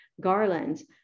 garlands